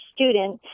student